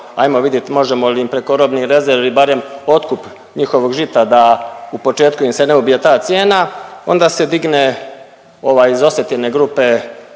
ajmo vidjet možemo li im preko robnih rezervi barem otkup njihovog žita da u početku im se ubije ta cijena, onda se digne ovaj iz